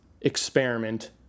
experiment